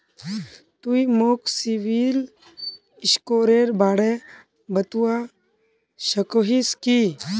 तुई मोक सिबिल स्कोरेर बारे बतवा सकोहिस कि?